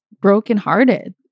brokenhearted